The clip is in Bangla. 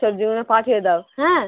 সবজিগুলো পাঠিয়ে দাও হ্যাঁ